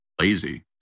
Lazy